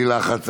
בלי לחץ,